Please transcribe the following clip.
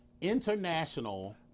International